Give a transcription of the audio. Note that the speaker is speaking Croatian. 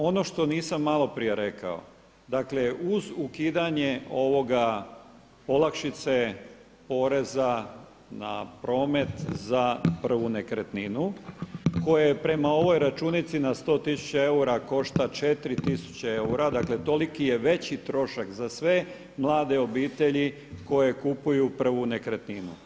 Ono što nisam malo prije rekao, dakle uz okidanje ovoga, olakšice, poreza na promet za prvu nekretninu koja je prema ovoj računici na 100 tisuća eura košta 4 tisuće eura, dakle toliki je veći trošak za sve mlade obitelji koje kupuju prvu nekretninu.